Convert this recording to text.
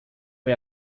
foi